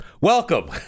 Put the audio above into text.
Welcome